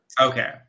Okay